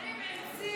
נוטעים עצים.